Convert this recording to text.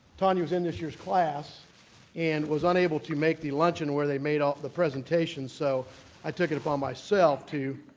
tanya was in this year's class and was unable to make the luncheon where they made all of the presentations so i took it upon myself to